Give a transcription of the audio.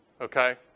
okay